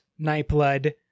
Nightblood